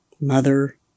mother